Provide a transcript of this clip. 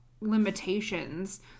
limitations